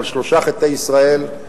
על שלושה חטאי ישראל,